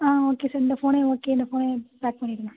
ஆ okay sir இந்த ஃபோனே okay இந்த ஃபோனே பேக் பண்ணிவிடுங்க